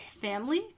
family